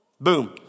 Boom